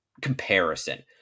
comparison